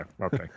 Okay